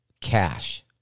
cash